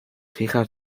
hijas